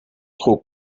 trug